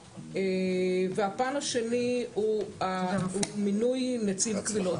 והפן השני הוא מינוי נציב קבילות,